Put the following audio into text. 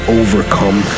overcome